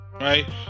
right